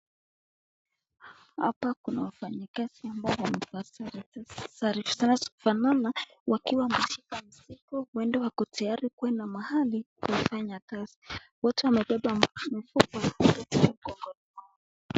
Hapa kuna wafanyikazi waliovaa sare zinazofanana wakiwa wameshika mzigo wakiwa tayari kwenda mahali kufanya kazi, wote wamebeba mfuko mgongoni mwao.